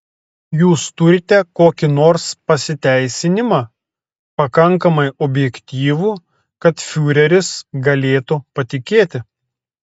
jūs turite kokį nors pasiteisinimą pakankamai objektyvų kad fiureris galėtų patikėti